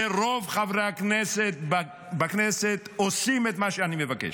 ורוב חברי הכנסת בכנסת עושים את מה שאני מבקש.